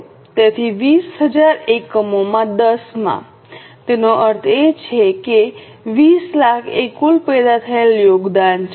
તેથી 20000 એકમો 10 માં તેનો અર્થ એ કે 200000 એ કુલ પેદા થયેલા યોગદાન છે